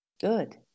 Good